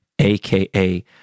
AKA